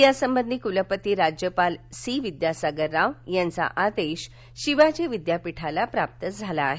यासंबंधी कुलपती राज्यपाल सी विद्यासागर राव यांचा आदेश शिवाजी विद्यापीठाला प्राप्त झाला आहे